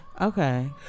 Okay